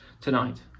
tonight